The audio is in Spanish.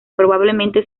probablemente